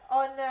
on